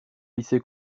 lycée